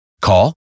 Call